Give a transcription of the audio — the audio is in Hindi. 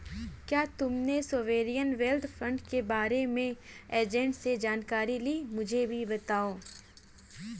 क्या तुमने सोवेरियन वेल्थ फंड के बारे में एजेंट से जानकारी ली, मुझे भी बताओ